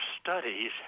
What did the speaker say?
studies